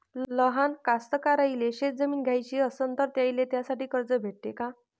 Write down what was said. लहान कास्तकाराइले शेतजमीन घ्याची असन तर त्याईले त्यासाठी कर्ज भेटते का?